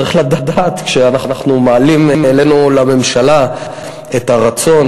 צריך לדעת שאנחנו מעלים אלינו לממשלה את הרצון